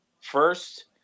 first